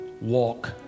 walk